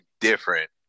different